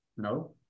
No